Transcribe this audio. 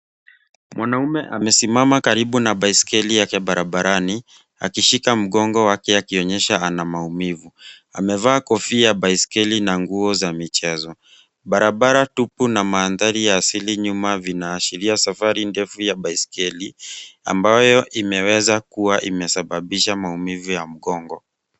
Mwanaume amesimama karibu na baiskeli yake barabarani akishika mgongo wake akionyesha ana maumivu. Amevaa kofia ya baiskeli na nguo za michezo. Barabara tupu na mandhari ya asili nyuma vinaashiria safari ndefu ya baiskeli ambayo imeweza kuwa imesababisha maumivu ya mgongo.